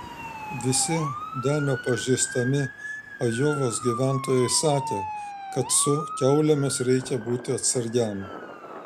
visi denio pažįstami ajovos gyventojai sakė kad su kiaulėmis reikia būti atsargiam